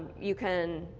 you can